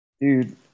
dude